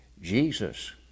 Jesus